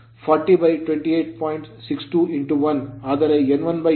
ಇದರಿಂದ ನಾವು R 7